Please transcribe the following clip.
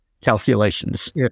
calculations